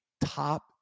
top